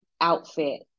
outfit